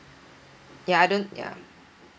ya I don't ya